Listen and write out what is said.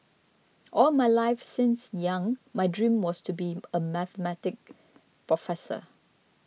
all my life since young my dream was to be a Mathematics professor